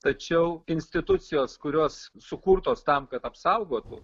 tačiau institucijos kurios sukurtos tam kad apsaugotų